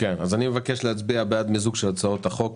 מבקש להצביע בעד מיזוג הצעות החוק